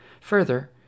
Further